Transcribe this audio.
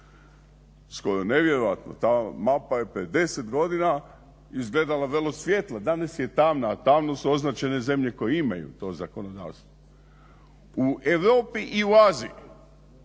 Skoro nevjerojatno, ta mapa je 50 godina izgledala vrlo svijetlo, danas je tamna, a tamno su označene zemlje koje imaju to zakonodavstvo. U Europi i u Aziji